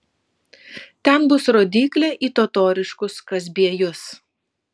ten bus rodyklė į totoriškus kazbiejus